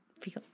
feel